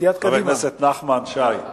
חבר הכנסת נחמן שי.